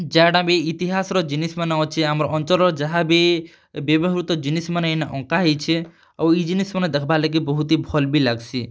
ଯାଏଁଟା ବି ଇତିହାସର ଜିନିଷ୍ମାନେ ଅଛେ ଆମର୍ ଅଞ୍ଚଲ୍ର ଯାହାବି ବ୍ୟବହୃତ ଜିନିଷ୍ମାନେ ଇନ ଅଙ୍କା ହେଇଛେ ଆଉ ଇ ଜିନିଷ୍ମାନେ ଦେଖବାର୍ ଲାଗି ବହୁତ୍ ହି ଭଲ୍ ବି ଲାଗ୍ସି